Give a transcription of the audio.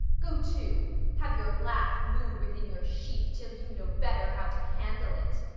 go to have your lath glued within your sheath till you know better how to handle it.